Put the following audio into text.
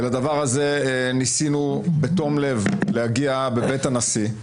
אל הדבר הזה ניסינו בתום לב להגיע בבית הנשיא,